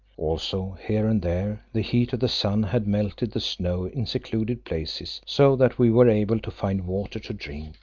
also here and there the heat of the sun had melted the snow in secluded places, so that we were able to find water to drink,